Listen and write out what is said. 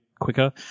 quicker